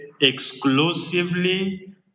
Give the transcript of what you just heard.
exclusively